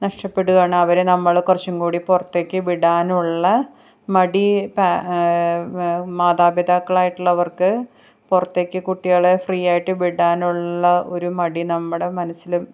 നഷ്ടപ്പെടുകയാണ് അവരെ നമ്മൾ കുറച്ചും കൂടി പുറത്തേക്ക് വിടാനുള്ള മടി മാതാപിതാക്കളായിട്ടുള്ളവർക്ക് പുറത്തേക്ക് കുട്ടികളെ ഫ്രീയായിട്ട് വിടാനൊള്ള ഒരു മടി നമ്മുടെ മനസ്സിലും